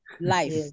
Life